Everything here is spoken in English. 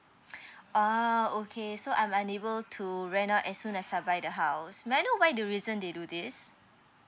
uh okay so I'm unable to rent out as soon as I buy the house may I know why the reason they do this